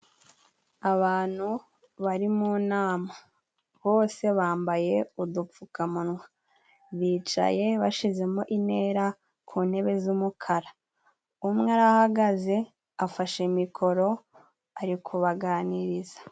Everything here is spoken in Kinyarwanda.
Abantu bari mu nama. Bose bambaye udupfukamunwa, bicaye bashizemo intera ku ntebe z'umukara. Umwe arahagaze afashe mikoro ari kubaganiriza.